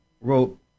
wrote